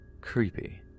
Creepy